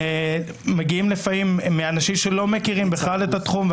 מגיעים לפעמים אנשים שלא מכירים בכלל את התחום,